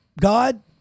God